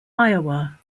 iowa